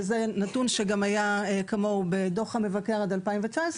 זה נתון שגם היה כמוהו בדוח המבקר עד שנת 2019,